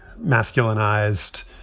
masculinized